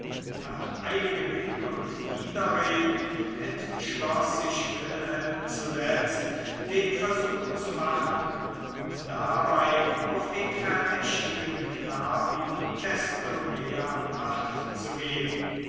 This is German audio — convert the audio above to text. nach einigem hin und widerreden entschloß sich wilhelm zuletzt den versuch zu machen und dabei auf den verdächtigen knaben desto mehr acht